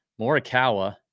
Morikawa